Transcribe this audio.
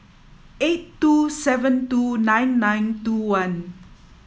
eight two seven two nine nine two one